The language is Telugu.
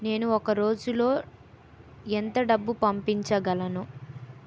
నేను ఒక రోజులో ఎంత డబ్బు పంపించగలను?